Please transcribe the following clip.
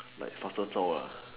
like faster zao lah